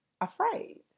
afraid